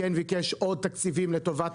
כן ביקש עכשיו עוד תקציבים לטובת